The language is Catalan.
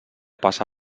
passa